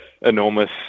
enormous